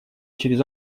через